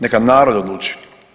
Neka narod odluči.